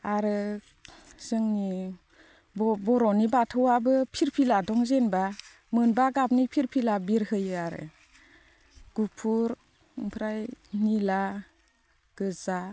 आरो जोंनि बर'नि बाथौआबो फिरफिला दं जेनोबा मोनबा गाबनि फिरफिला बिरहोयो आरो गुफुर ओमफ्राय निला गोजा